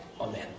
Amen